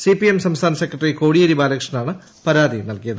CPIM സംസ്ഥാന secretary Kodiyeri ബാലകൃഷ്ണന്റാണ് പ്രാതി നൽകിയത്